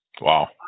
Wow